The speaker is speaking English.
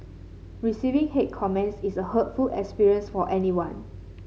receiving hate comments is a hurtful experience for anyone